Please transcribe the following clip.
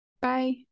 Bye